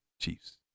Chiefs